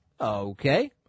Okay